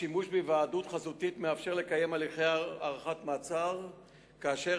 השימוש בהיוועדות חזותית מאפשר לקיים הליכי הארכת מעצר כאשר